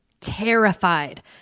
terrified